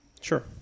Sure